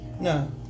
No